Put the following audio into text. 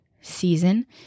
season